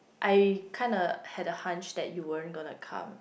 I kinda had a hunch that you weren't gonna come